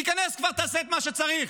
תיכנס כבר ותעשה את מה שצריך.